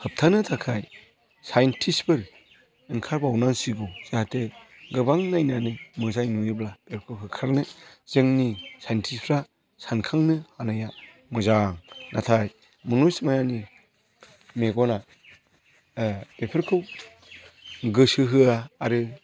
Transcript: होब्थानो थाखाय साइन्तिसफोर ओंखारबावनांसिगौ जाहाथे गोबां नायनानै मोजां नुयोब्ला बेखौ होखारनो जोंनि साइन्तिसफ्रा सानखांनो हानाया मोजां नाथाय मुनुस मायानि मेगना बेफोरखौ गोसो होआ आरो